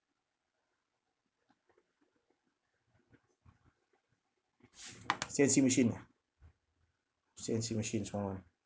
C_N_C machine ah C_N_C machine is small one